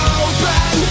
open